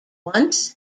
once